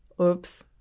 Oops